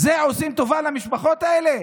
עושים טובה למשפחות האלה?